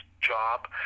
job